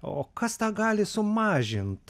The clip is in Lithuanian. o kas tą gali sumažint